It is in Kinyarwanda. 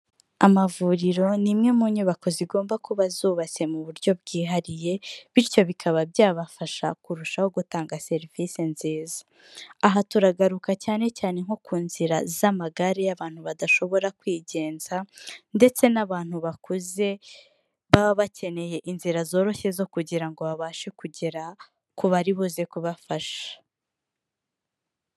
Amavuriro ni imwe mu nyubako zigomba kuba zubatse mu buryo bwihariye, bityo bikaba byabafasha kurushaho gutanga serivisi nziza, aha turagaruka cyane cyane nko ku nzira z'amagare y'abantu badashobora kwigenza, ndetse n'abantu bakuze baba bakeneye inzira zoroshye zo kugira ngo babashe kugera ku bari buze kubafasha.